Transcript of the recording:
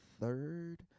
Third